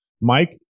Mike